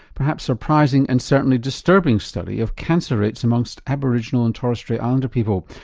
perhaps surprising and certainly disturbing study of cancer rates among so aboriginal and torres strait islander people.